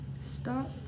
Stop